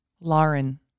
Lauren